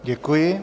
Děkuji.